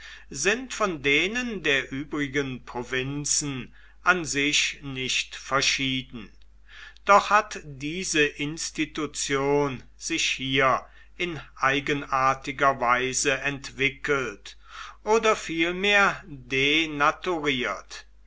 sind von denen der übrigen provinzen an sich nicht verschieden doch hat diese institution sich hier in eigenartiger weise entwickelt oder vielmehr